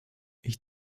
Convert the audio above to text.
ich